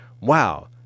wow